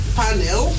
panel